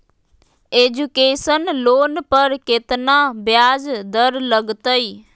Education loan पर केतना ब्याज दर लगतई?